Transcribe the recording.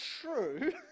true